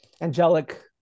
angelic